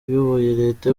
leta